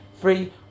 Three